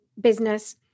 business